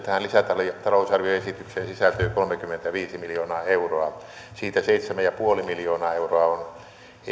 tähän lisätalousarvioesitykseen sisältyy kolmekymmentäviisi miljoonaa euroa siitä seitsemän pilkku viisi miljoonaa euroa